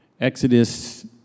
Exodus